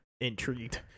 intrigued